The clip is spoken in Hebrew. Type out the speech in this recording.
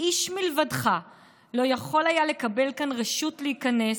'איש מלבדך לא היה יכול לקבל כאן רשות להיכנס,